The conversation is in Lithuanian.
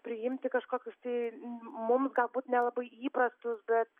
priimti kažkokius tai mums galbūt nelabai įprastus bet